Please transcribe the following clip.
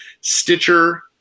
Stitcher